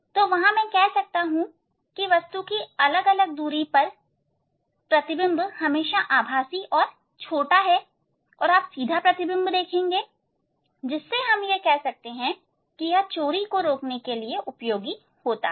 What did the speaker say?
तो वहां मैं कह सकता हूं की वस्तु अलग अलग दूरी पर है परंतु प्रतिबिंब हमेशा आभासी और छोटा है और आप सीधा प्रतिबिंब देखेंगे जिससे हम कह सकते हैं कि यह चोरी को रोकने के लिए उपयोग होता है